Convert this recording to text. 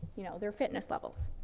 you know, their fitness levels.